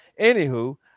anywho